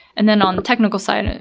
and then on the technical side, and